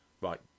right